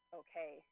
okay